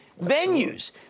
venues